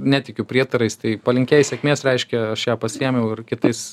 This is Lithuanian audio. netikiu prietarais tai palinkėjai sėkmės reiškia aš ją pasiėmiau ir kitais